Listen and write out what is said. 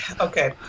okay